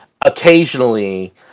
occasionally